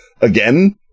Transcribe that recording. again